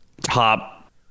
top